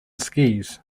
skis